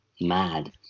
mad